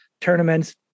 tournaments